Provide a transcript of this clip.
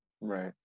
Right